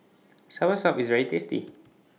Soursop IS very tasty